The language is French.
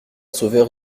sauveur